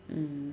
mm